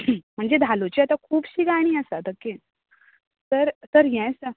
म्हणजे धालोचीं आतां खुबशीं गाणीं आसात ओके तर तर